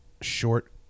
short